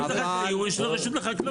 ואם זה חקלאי הוא יש לו רשות לחקלאי.